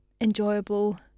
enjoyable